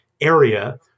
area